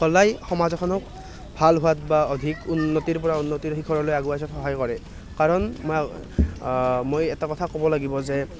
সদায় সমাজ এখনক ভাল হোৱাত বা অধিক উন্নতিৰ পৰা উন্নতিৰ শিখৰলৈ আগুৱাই যোৱাত সহায় কৰে কাৰণ মই মই এটা কথা ক'ব লাগিব যে